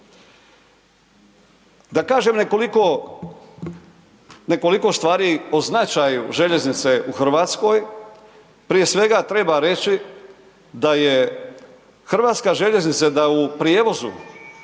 Da kažem nekoliko stvari o značaju željeznice u Hrvatskoj, prije svega treba reći da je HŽ u prijevozu